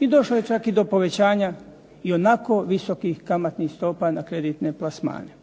i došlo je čak i do povećanja i onako visokih kamatnih stopa na kreditne plasmane.